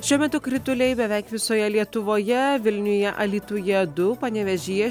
šiuo metu krituliai beveik visoje lietuvoje vilniuje alytuje du panevėžyje